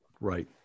Right